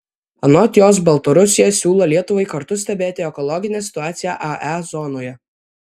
anot jos baltarusija siūlo lietuvai kartu stebėti ekologinę situaciją ae zonoje